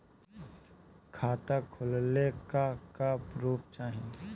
खाता खोलले का का प्रूफ चाही?